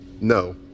No